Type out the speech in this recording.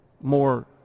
more